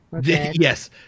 Yes